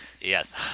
yes